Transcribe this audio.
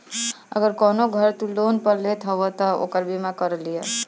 अगर कवनो घर तू लोन पअ लेत हवअ तअ ओकर बीमा करवा लिहअ